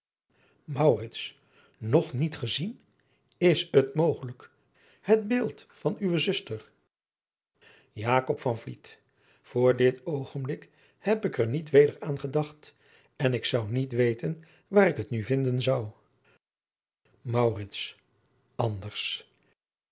nog niet gezien is het mogelijk het beeld van uwe zuster jakob van vliet voor dit oogenblik heb ik er niet weder aan gedacht en ik zou niet weten waar ik het nu vinden zou